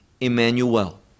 Emmanuel